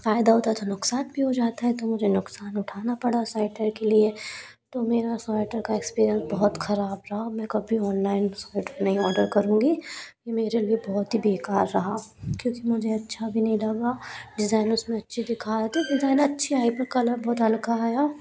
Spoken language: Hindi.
फ़ायदा होता तो नुक़सान भी हो जाता है तो मुझे नुक़सान उठाना पड़ा स्वैटर के लिए तो मेरा स्वैटर का एक्सपीरियेंस बहुत ख़राब रहा मैं कभी ऑनलाइन स्वैटर नहीं ऑडर करूँगी ये मेरे लिए बहुत ही बेकार रहा क्योंकि मुझे अच्छा भी नहीं लगा डिज़ाइन उस में अच्छी दिखा रहे थे डिज़ाइन अच्छी आई पर कलर बहुत हल्का आया